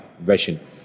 version